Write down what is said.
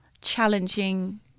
challenging